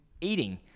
eating